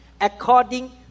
according